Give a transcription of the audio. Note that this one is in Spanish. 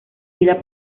vida